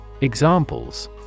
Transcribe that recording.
Examples